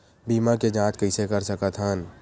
बीमा के जांच कइसे कर सकत हन?